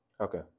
Okay